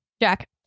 Jack